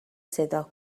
صدا